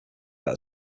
that